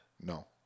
No